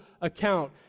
account